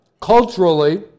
culturally